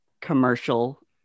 commercial